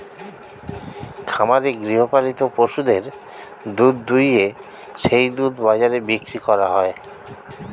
খামারে গৃহপালিত পশুদের দুধ দুইয়ে সেই দুধ বাজারে বিক্রি করা হয়